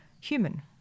human